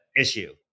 issue